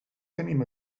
tenim